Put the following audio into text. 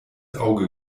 auge